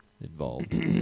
involved